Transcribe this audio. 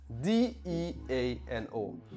D-E-A-N-O